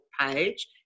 page